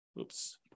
oops